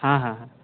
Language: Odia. ହଁ ହଁ ହଁ